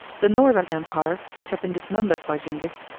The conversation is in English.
the northern empire, which had been dismembered by zingis,